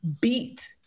beat